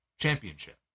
championship